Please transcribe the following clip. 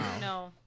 no